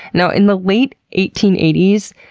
now, in the late eighteen eighty s,